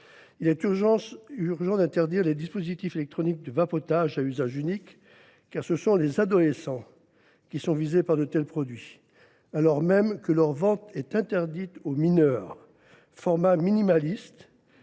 Il est urgent d’interdire les dispositifs électroniques de vapotage à usage unique, car ce sont les adolescents qui sont visés par de tels produits, alors même que leur vente est interdite aux mineurs. Format minimaliste,